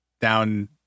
down